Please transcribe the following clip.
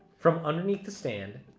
from underneath the stand,